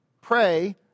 pray